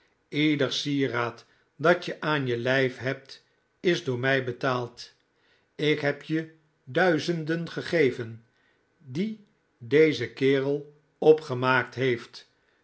ieder sieraad dat je aan je lijf hebt is door mij betaald ik heb je duizenden gegeven die deze kerel opgemaakt heeft